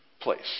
place